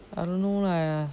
I don't know lah